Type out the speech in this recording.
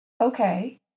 Okay